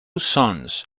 sons